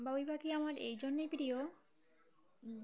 বাবুই পাখি আমার এই জন্যেই প্রিয়